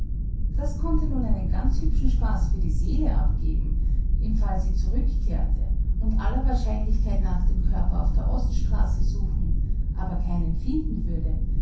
das konnte nun einen ganz hübschen spaß für die seele abgeben im fall sie zurückkehrte und aller wahrscheinlichkeit nach den körper auf der oststraße suchen aber keinen finden würde